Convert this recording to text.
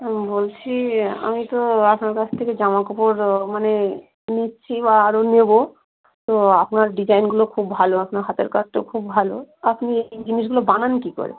হুম বলছি আমি তো আপনার কাছ থেকে জামা কাপড় মানে নিচ্ছি বা আরও নেবো তো আপনার ডিজাইনগুলো খুব ভালো আপনার হাতের কাজ তো খুব ভালো আপনি এই জিনিসগুলো বানান কী করে